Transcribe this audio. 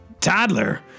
toddler